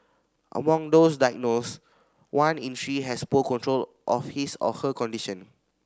among those diagnosed one in three has poor control of his or her condition